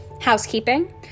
housekeeping